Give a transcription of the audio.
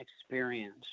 experience